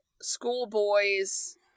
schoolboys